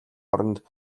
оронд